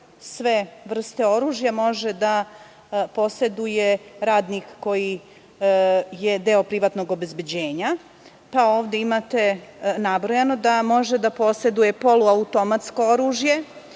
sve vrste oružja poseduje radnik koji je deo privatnog obezbeđenja. Imate nabrojano da može da poseduje poluautomatsko oružje,